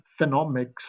phenomics